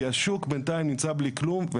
כי השוק בנתיים נמצא בלי כלום.